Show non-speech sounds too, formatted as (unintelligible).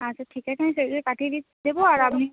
আচ্ছা ঠিক আছে আমি সেই (unintelligible) পাঠিয়ে (unintelligible) দেবো আর আপনি